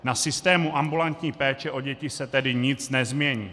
Na systému ambulantní péče o děti se tedy nic nezmění.